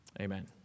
Amen